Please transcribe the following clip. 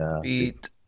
beat